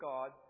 God